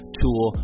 tool